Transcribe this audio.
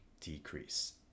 decrease